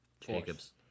Jacob's